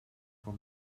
for